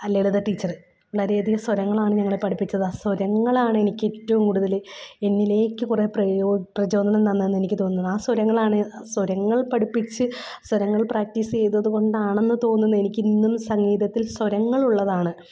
ലളിത teacher വളരെയധികം സ്വരങ്ങളാണ് ഞങ്ങളെ പഠിപ്പിച്ചത് ആ സ്വരങ്ങളാണെനിക്കേറ്റവും കൂടുതൽ എന്നിലേക്ക് കുറെ പ്രചോദനം തന്നതെന്നെനിക്ക് തോന്നുന്നത് ആ സ്വരങ്ങളാണ് സ്വരങ്ങൾ പഠിപ്പിച്ച് സ്വരങ്ങൾ പ്രാക്ടീസ് ചെയ്തതുകൊണ്ടാണെന്ന് തോന്നുന്നു എനിക്കിന്നും സംഗീതത്തിൽ സ്വരങ്ങളുള്ളതാണ്